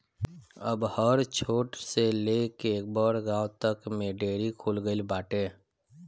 अब हर छोट से लेके बड़ गांव तक में डेयरी खुल गईल बाटे